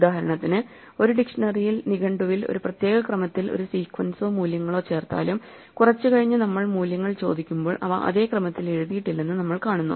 ഉദാഹരണത്തിന് ഒരു ഡിക്ഷനറിയിൽ നിഘണ്ടുവിൽ ഒരു പ്രത്യേക ക്രമത്തിൽ ഒരു സീക്വൻസോ മൂല്യങ്ങളോ ചേർത്താലും കുറച്ചു കഴിഞ്ഞ് നമ്മൾ മൂല്യങ്ങൾ ചോദിക്കുമ്പോൾ അവ അതേ ക്രമത്തിൽ എഴുതിയിട്ടില്ലെന്ന് നമ്മൾ കാണുന്നു